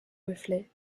reflet